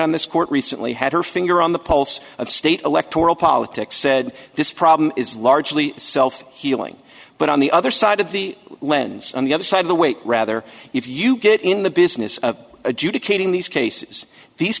on this court recently had her finger on the pulse of state electoral politics said this problem is largely self healing but on the other side of the lens on the other side of the way rather if you get in the business of adjudicating these cases these